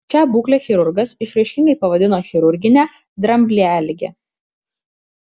šią būklę chirurgas išraiškingai pavadino chirurgine dramblialige